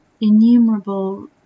innumerable